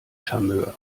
charmeur